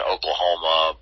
Oklahoma